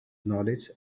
knowledge